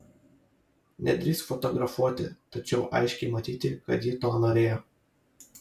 nedrįsk fotografuoti tačiau aiškiai matyti kad ji to norėjo